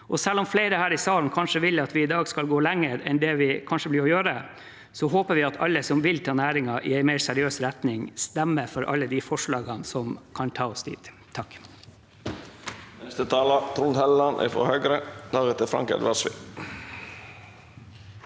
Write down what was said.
Selv om flere her i salen kanskje vil at vi i dag skal gå lenger enn vi kanskje kommer til å gjøre, håper vi at alle som vil ta næringen i en mer seriøs retning, stemmer for alle de forslagene som kan ta oss dit. Trond